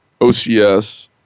OCS